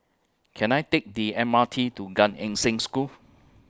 Can I Take The M R T to Gan Eng Seng School